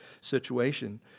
situation